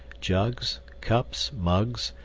jugs, cups, mugs,